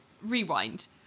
rewind